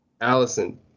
allison